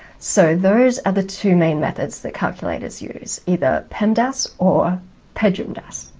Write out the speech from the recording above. so those are the two main methods that calculators use either pemdas or pejmdas.